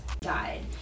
died